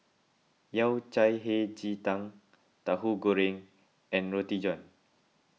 Yao Cai Hei Ji Tang Tahu Goreng and Roti John